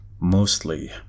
mostly